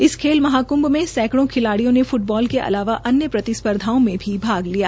इस खेल महा कुंभ में सैंकड़ो खिलाडिया थ ने फ्टबाल के अलावा अन्य प्रतिस्रप्धाओं में भी भाग लिया